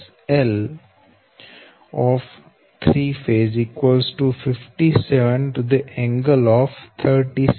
તેથી SL 3ɸ 57 ∠36